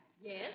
Yes